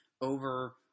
over